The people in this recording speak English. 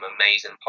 amazing